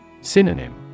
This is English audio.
Synonym